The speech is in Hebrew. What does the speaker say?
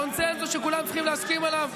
קונסנזוס שכולם צריכים להסכים עליו.